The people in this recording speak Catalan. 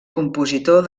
compositor